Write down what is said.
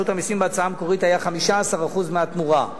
המסים בהצעה המקורית היה 15% מהתמורה.